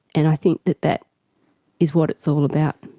and i think that that is what it's all about,